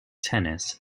tennis